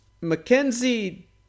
Mackenzie